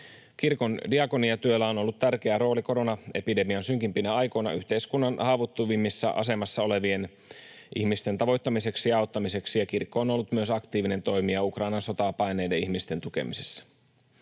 Kirkon diakoniatyöllä on ollut tärkeä rooli koronaepidemian synkimpinä aikoina yhteiskunnan haavoittuvimmassa asemassa olevien ihmisten tavoittamiseksi ja auttamiseksi, ja kirkko on ollut myös aktiivinen toimija Ukrainan sotaa paenneiden ihmisten tukemisessa.